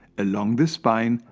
along the spine,